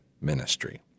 ministry